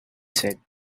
said